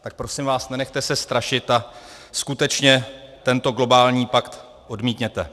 Tak prosím vás, nenechte se strašit a skutečně tento globální pakt odmítněte.